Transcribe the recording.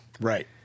Right